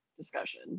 Discussion